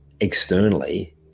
externally